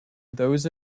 those